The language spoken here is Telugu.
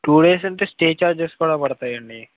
టూ డేస్ అంటే స్టే ఛార్జెస్ కూడా పడుతాయండి